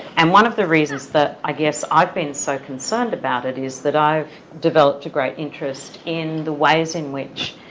and one of the reasons that i guess i've been so concerned about it is that i've developed a great interest in the ways in which,